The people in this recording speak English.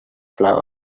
flowers